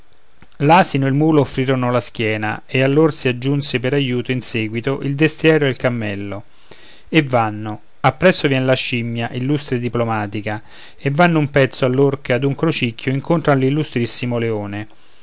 e il mulo offrirono la schiena e a lor si aggiunse per aiuto in seguito il destriero e il cammello e vanno appresso vien la scimmia l'illustre diplomatica e vanno un pezzo allor che ad un crocicchio incontran l'illustrissimo leone